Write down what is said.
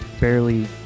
Barely